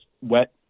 wet